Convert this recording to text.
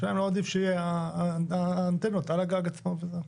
שאלה אם לא עדיף שתהיינה האנטנות על הגג עצמו וזהו.